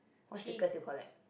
what stickers you collect